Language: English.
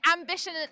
ambition